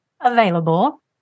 available